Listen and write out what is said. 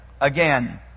again